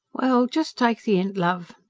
well, just take the hint, love.